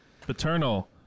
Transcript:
Paternal